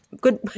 good